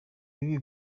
bibi